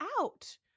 out